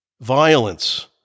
Violence